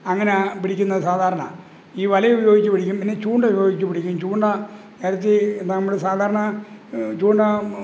അങ്ങനെയാണ് പിടിക്കുന്നത് സാധാരണ ഈ വലയുപയോഗിച്ച് പിടിക്കും പിന്നെ ചൂണ്ട ഉപയോഗിച്ചു പിടിക്കും ചൂണ്ട നിരത്തി നമ്മൾ സാധാരണ ചൂണ്ട